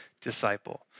disciple